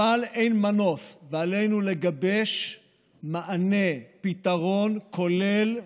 אבל אין מנוס ועלינו לגבש מענה, פתרון כולל,